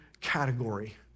category